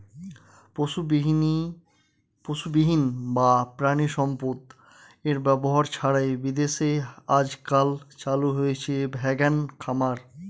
পশুবিহীন বা প্রানীসম্পদ এর ব্যবহার ছাড়াই বিদেশে আজকাল চালু হয়েছে ভেগান খামার